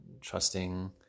trusting